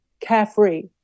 carefree